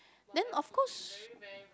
then of course